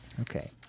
Okay